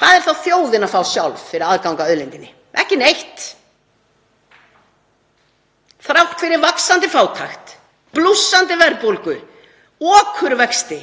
Hvað er þá þjóðin að fá sjálf fyrir aðgang að auðlindinni? Ekki neitt, þrátt fyrir vaxandi fátækt, blússandi verðbólgu og okurvexti.